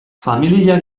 familia